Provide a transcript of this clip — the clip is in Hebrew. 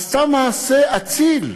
עשתה מעשה אציל.